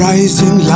Rising